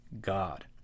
God